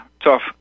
tough